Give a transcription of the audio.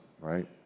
right